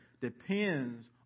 depends